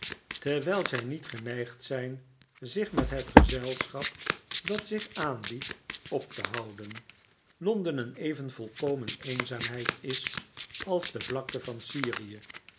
terwijl zij niet geneigd zijn zich met het gezelschap dat zich aanbiedt op te houden londen een even volkomen eenzaamheid is als de vlakte van